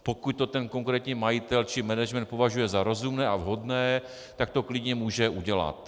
Pokud to ten konkrétní majitel či management považuje za rozumné a vhodné, tak to klidně může udělat.